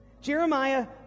Jeremiah